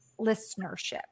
listenership